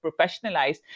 professionalized